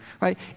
right